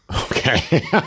Okay